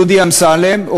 דודי אמסלם,